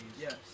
Yes